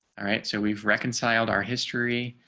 alright, so we've reconciled our history,